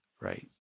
right